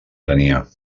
tenia